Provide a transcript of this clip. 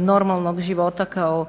normalnog života kao